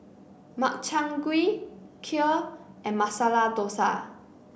Makchang Gui Kheer and Masala Dosa